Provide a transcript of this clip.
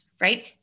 right